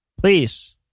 Please